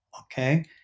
okay